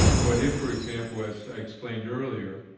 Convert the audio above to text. but if for example as i explained earlier,